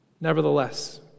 Nevertheless